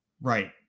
Right